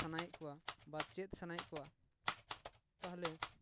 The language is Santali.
ᱥᱟᱱᱟᱭᱮᱫ ᱠᱚᱣᱟ ᱵᱟ ᱪᱮᱫ ᱥᱟᱱᱟᱭᱮᱫ ᱠᱚᱣᱟ ᱛᱟᱦᱚᱞᱮ